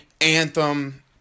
Anthem